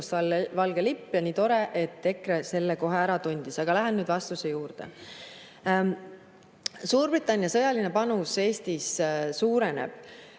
sinimustvalge lipp. Tore, et EKRE selle kohe ära tundis. Aga lähen nüüd vastuse juurde. Suurbritannia sõjaline panus Eestis suureneb.